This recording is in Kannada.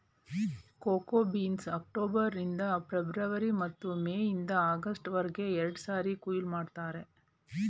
ಕೋಕೋ ಬೀನ್ಸ್ನ ಅಕ್ಟೋಬರ್ ನಿಂದ ಫೆಬ್ರವರಿ ಮತ್ತು ಮೇ ಇಂದ ಆಗಸ್ಟ್ ವರ್ಗೆ ಎರಡ್ಸಾರಿ ಕೊಯ್ಲು ಮಾಡ್ತರೆ